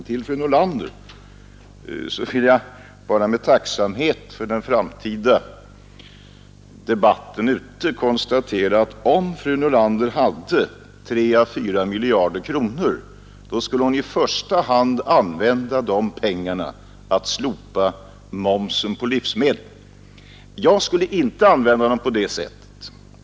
Till fru Nordlander vill jag bara säga att jag för den framtida debatten ute med tacksamhet konstaterar att om fru Nordlander hade 3 å 4 miljarder kronor, skulle hon i första hand använda de pengarna till att slopa momsen på livsmedel. Jag skulle inte använda dem på det sättet.